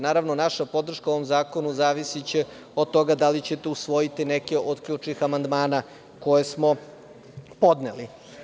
Naravno, naša podrška ovom zakonu zavisiće od toga da li ćete usvojiti neke od ključnih amandmana koje smo podneli.